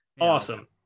Awesome